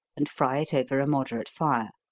and fry it over a moderate fire.